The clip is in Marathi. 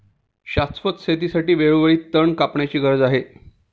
शाश्वत शेतीसाठी वेळोवेळी तण कापण्याची गरज आहे